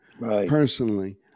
personally